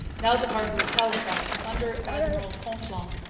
now the harbour of halifax, under admiral conflans,